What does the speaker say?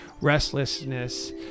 restlessness